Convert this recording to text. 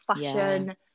fashion